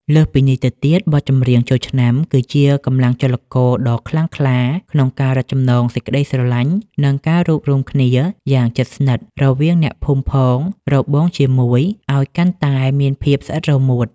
លើសពីនេះទៅទៀត បទចម្រៀងចូលឆ្នាំគឺជាកម្លាំងចលករដ៏ខ្លាំងក្លាក្នុងការរឹតចំណងសេចក្តីស្រឡាញ់ និងការរួបរួមគ្នាយ៉ាងជិតស្និទ្ធរវាងអ្នកភូមិផងរបងជាមួយឱ្យកាន់តែមានភាពស្អិតរមួត។